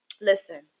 listen